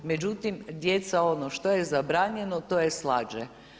Međutim djeca ono što je zabranjeno to je slađe.